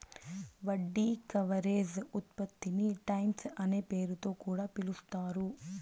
వడ్డీ కవరేజ్ ఉత్పత్తిని టైమ్స్ అనే పేరుతొ కూడా పిలుస్తారు